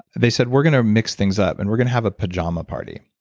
they said we're going to mix things up and we're going to have a pajama party.